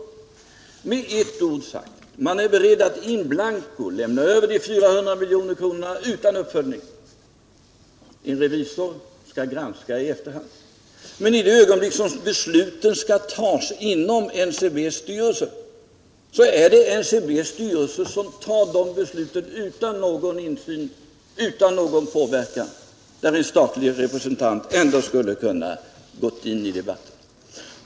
Alltså: Man är beredd att in blanco lämna över de 400 miljonerna utan uppföljning. En revisor skall göra en granskning i efterhand. Men i det ögonblick då besluten skall fattas inom NCB:s styrelse är det just NCB:s styrelse som fattar besluten utan någon insyn och utan någon påverkan. Där skulle en statlig representant kunna gå in i debatten.